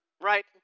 right